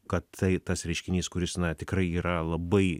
kad tai tas reiškinys kuris na tikrai yra labai